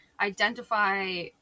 identify